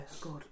God